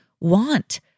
want